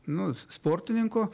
nu sportininko